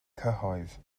cyhoedd